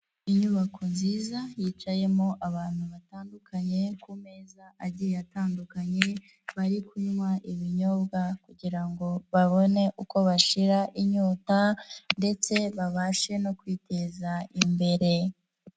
Inyubako nziza yicayemo abantu batandukanye, ku meza agiye atandukanye, bari kunywa ibinyobwa kugira ngo babone uko bashira inyota ndetse babashe no kwiteza imbere.